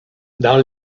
dans